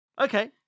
Okay